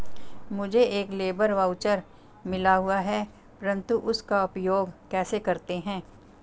मुझे एक labour voucher मिला हुआ है परंतु उसका उपयोग कैसे करते हैं?